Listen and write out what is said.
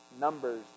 Numbers